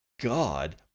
God